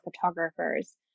photographers